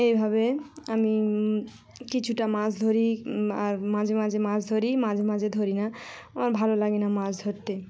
এইভাবে আমি কিছুটা মাছ ধরি আর মাঝে মাঝে মাছ ধরি মাঝে মাঝে ধরি না আমার ভালো লাগে না মাছ ধরতে